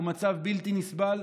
הוא מצב בלתי נסבל,